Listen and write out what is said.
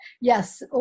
Yes